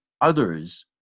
others